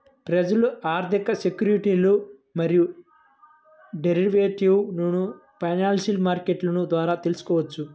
ప్రజలు ఆర్థిక సెక్యూరిటీలు మరియు డెరివేటివ్లను ఫైనాన్షియల్ మార్కెట్ల ద్వారా తెల్సుకోవచ్చు